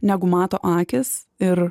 negu mato akys ir